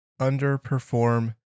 underperform